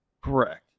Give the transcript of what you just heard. Correct